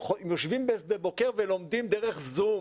הם יושבים בשדה בוקר ולומדים דרך זום.